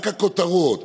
רק הכותרות,